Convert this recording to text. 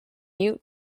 you